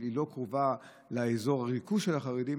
היא לא קרובה לאזור הריכוז של החרדים,